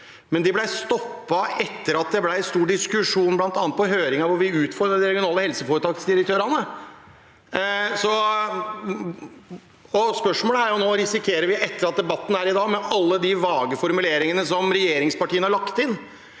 men det ble stoppet etter at det ble stor diskusjon bl.a. på høringen, hvor vi utfordret de regionale helseforetaksdirektørene. Spørsmålet er nå: Risikerer vi etter debatten her i dag – med alle de vage formuleringene som regjeringspartiene har lagt inn